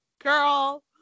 girl